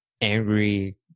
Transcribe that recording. angry